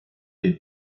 den